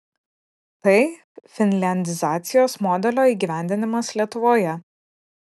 tai finliandizacijos modelio įgyvendinimas lietuvoje